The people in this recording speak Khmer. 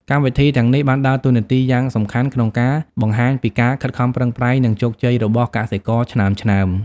កម្មវិធីទាំងនេះបានដើរតួនាទីយ៉ាងសំខាន់ក្នុងការបង្ហាញពីការខិតខំប្រឹងប្រែង និងជោគជ័យរបស់កសិករឆ្នើមៗ។